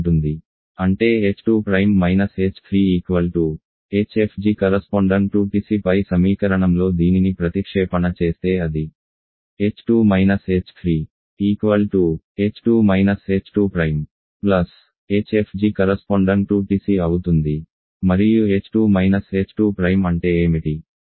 అంటే h2− h3 hfg|TC పై సమీకరణంలో దీనిని ప్రతిక్షేపణ చేస్తే అది h2 − h2 hfg|TC అవుతుంది మరియు h2 h2 అంటేఏమిటి